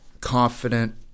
confident